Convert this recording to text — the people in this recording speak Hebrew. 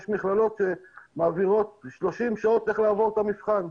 יש מכללות שמעבירות ב-30 שעות איך לעבור את המבחן.